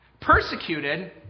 Persecuted